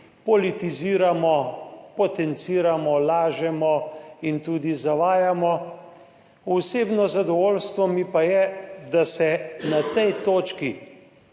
politiziramo, potenciramo, lažemo in tudi zavajamo, v osebno zadovoljstvo mi pa je, da se na tej točki